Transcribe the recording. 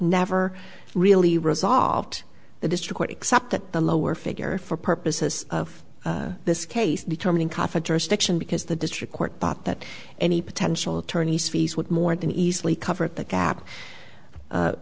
never really resolved the district except that the lower figure for purposes of this case determining kafa jurisdiction because the district court bought that any potential attorney's fees would more than easily cover at the gap